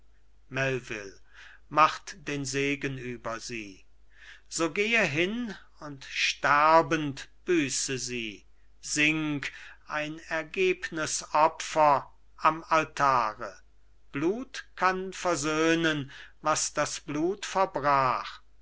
macht den segen über sie so gehe hin und sterbend büße sie sink ein ergebnes opfer am altare blut kann versöhnen was das blut verbrach